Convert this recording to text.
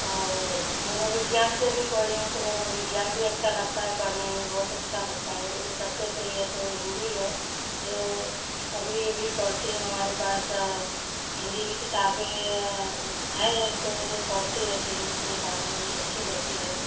और मनोविज्ञान से भी पढ़ी हूँ तो मनोविज्ञान भी अच्छा लगता है पढ़ने में बोहौत अच्छा लगता है लेकिन सबसे प्रिय तो हिंदी है जो अभी भी पढ़ती हूँ हमारे पास हिंदी की किताबें हैं एक दो जो पढ़ती रहती हूँ उसमें कहानी उनी अच्छा लगती है